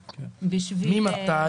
מספיק.